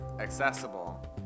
accessible